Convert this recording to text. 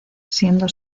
siendo